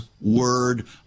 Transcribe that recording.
word